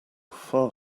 far